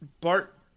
Bart